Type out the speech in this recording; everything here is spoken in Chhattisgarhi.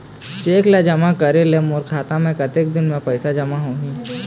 चेक ला जमा करे ले मोर खाता मा कतक दिन मा पैसा जमा होही?